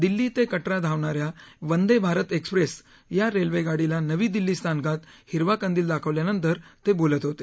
दिल्ली ते कटरा धावणा या वंदे भारत एक्सप्रेस रेल्वे गाडीला नवी दिल्ली स्थानकात हिरवा कंदील दाखवल्यानंतर ते बोलत होते